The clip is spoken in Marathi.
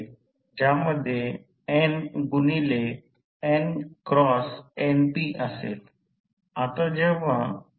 हा भाग कर्सर कडे पहा ज्यावर मी चिन्हांकन करीत नाही शाई दिसत आहे येथे कर्सर I2 Re2 cos ∅2 असेल कारण हा कोन ∅2 आहे